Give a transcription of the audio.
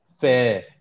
fair